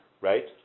Right